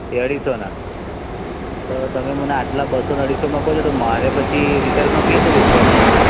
એ અઢીસોના તો તમે મને આટલા બસો ને અઢીસોમાં કહો છો તો મારે પછી રિટેલમાં કેવી રીતે વેચવાના એને